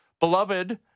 Beloved